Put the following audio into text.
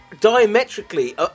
Diametrically